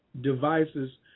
devices